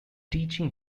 teaching